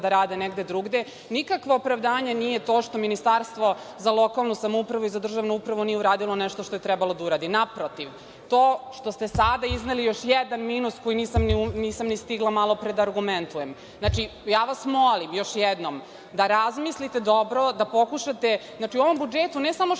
da rade negde drugde, nikakvo opravdanje nije to što Ministarstvo za lokalnu samoupravu i za državnu upravu nije uradilo nešto što je trebalo da uradi. Naprotiv. To što ste sada izneli je još jedan minus koji nisam ni stigla malopre da argumentujem. Ja vas molim još jednom da razmislite dobro, da pokušate. Znači, u ovom budžetu ne samo što ste